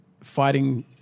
fighting